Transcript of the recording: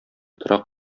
торак